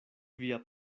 via